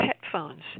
headphones